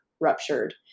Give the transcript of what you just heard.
ruptured